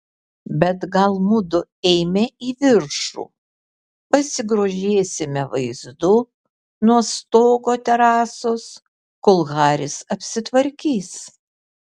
bet gal mudu eime į viršų pasigrožėsime vaizdu nuo stogo terasos kol haris apsitvarkys